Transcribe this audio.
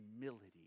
humility